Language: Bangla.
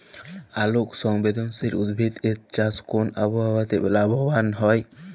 আলোক সংবেদশীল উদ্ভিদ এর চাষ কোন আবহাওয়াতে লাভবান হয়?